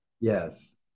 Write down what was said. Yes